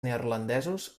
neerlandesos